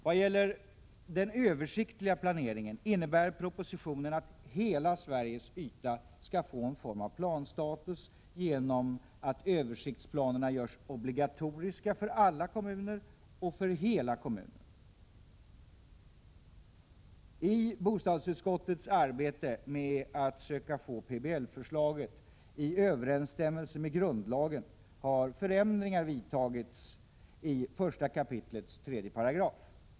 Vad gäller den översiktliga planeringen innebär propositionen att hela Sveriges yta skall få en form av planstatus genom att översiktsplanerna göra obligatoriska för alla kommuner och för hela kommunen. I bostadsutskottets arbete med att försöka få PBL-förslaget i överensstämmelse med grundlagen har förändringar vidtagits i 1 kap. 3 §.